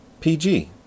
PG